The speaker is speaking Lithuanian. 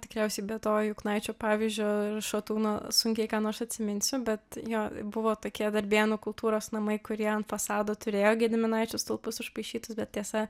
tikriausiai be to juknaičio pavyzdžio ir šatūno sunkiai ką nors atsiminsiu bet jo buvo tokie darbėnų kultūros namai kurie ant fasado turėjo gediminaičių stulpus išpaišytus bet tiesa